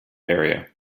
area